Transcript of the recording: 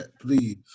please